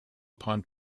upon